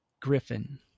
griffin